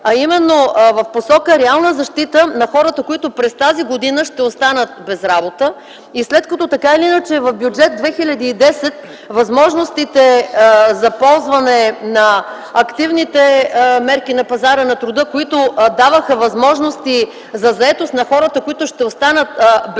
а именно в посока реална защита на хората, които през тази година ще останат без работа. След като така или иначе в Бюджет 2010 бяха ограничени възможностите за ползване на активните мерки на пазара на труда, които даваха възможности за заетост на хората, оставащи без работа,